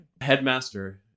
Headmaster